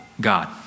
God